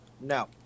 No